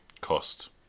cost